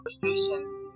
frustrations